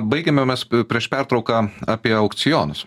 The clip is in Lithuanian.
baigėme mes prieš pertrauką apie aukcionus